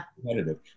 competitive